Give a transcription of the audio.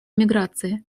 миграции